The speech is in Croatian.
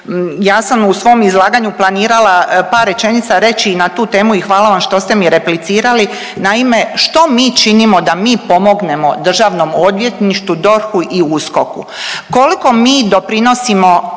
ja sam u svom izlaganju planirala par rečenica reći i na tu temu i hvala vam što ste mi replicirali. Naime, što mi činimo da mi pomognemo Državnom odvjetništvu, DORH-u i USKOK-u? Koliko mi doprinosimo